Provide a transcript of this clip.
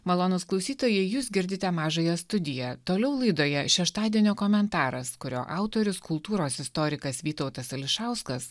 malonūs klausytojai jūs girdite mažąją studiją toliau laidoje šeštadienio komentaras kurio autorius kultūros istorikas vytautas ališauskas